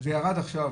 זה ירד עכשיו.